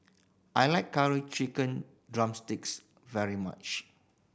I like Curry Chicken drumsticks very much